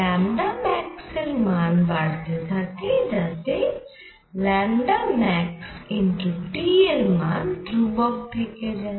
max এর মান বাড়তে থাকে যাতে max T এর মান ধ্রুবক থেকে যায়